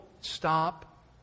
stop